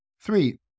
Three